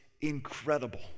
incredible